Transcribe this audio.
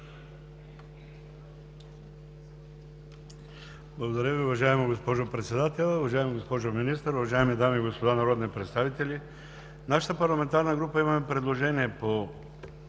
Благодаря Ви. Уважаема госпожо Председател, уважаема госпожо Министър, уважаеми дами и господа народни представители! Нашата парламентарна група имаме предложение по